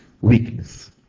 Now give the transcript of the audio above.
weakness